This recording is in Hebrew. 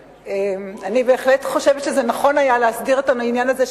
אני בהחלט חושבת שנכון היה להסדיר את העניין הזה,